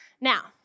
Now